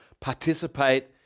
participate